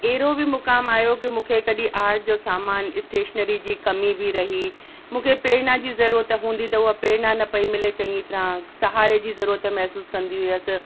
एड़ो बि मुकाम आहियो की मूंखे कॾहिं आर्ट जो सामान स्तेशनरीअ जी कमी बि रही मूंखे प्रेरणा जी ज़रूरत हूंदी त उहा प्रेरणा न पई मिले चङी तरां सहारे जी ज़रूरत मेहसूस कंदी हुअसि